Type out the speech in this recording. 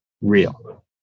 real